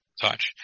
Touch